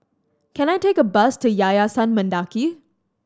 can I take a bus to Yayasan Mendaki